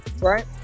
Right